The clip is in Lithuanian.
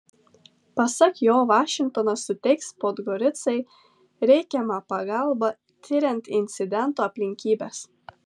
pasak jo vašingtonas suteiks podgoricai reikiamą pagalbą tiriant incidento aplinkybes